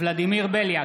ולדימיר בליאק,